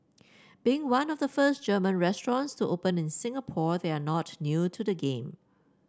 being one of the first German restaurants to open in Singapore they are not new to the game